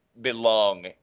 belong